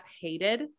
hated